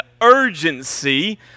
urgency